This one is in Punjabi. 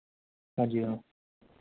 ਹਾਂਜੀ ਹਾਂ